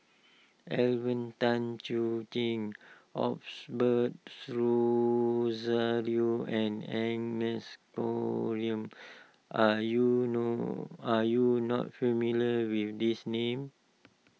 Alvin Tan Cheong Kheng Osbert Rozario and Agnes are you no are you not familiar with these names